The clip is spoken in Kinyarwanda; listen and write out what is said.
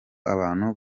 abantu